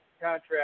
contract